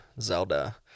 Zelda